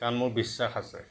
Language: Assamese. কাৰণ মোৰ বিশ্বাস আছে